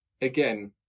again